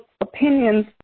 opinions